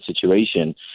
situation